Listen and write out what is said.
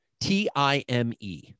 T-I-M-E